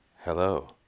hello